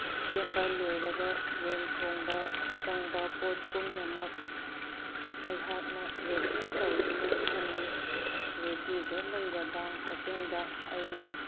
ꯁꯦꯝꯕ ꯂꯣꯏꯔꯒ ꯌꯦꯟ ꯊꯣꯡꯕ ꯆꯪꯕ ꯄꯣꯠ ꯄꯨꯝꯅꯃꯛ ꯑꯩꯍꯥꯛꯅ ꯔꯦꯗꯤ ꯇꯧꯗꯨꯅ ꯊꯝꯃꯤ ꯔꯦꯗꯤꯗ ꯂꯩꯔꯕ ꯃꯇꯨꯡꯗ ꯑꯩꯅ